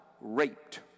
raped